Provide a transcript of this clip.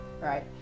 right